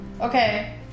Okay